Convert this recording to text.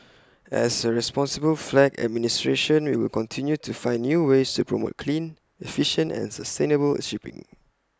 as A responsible flag administration we will continue to find new ways to promote clean efficient and sustainable shipping